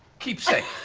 keep safe.